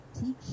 teach